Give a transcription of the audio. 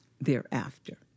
thereafter